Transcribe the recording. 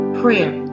prayer